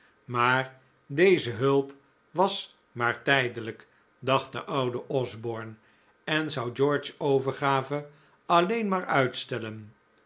maar deze hulp was maar tijdelijk dacht de oude osborne en zou george's overgave alleen maar uitstellen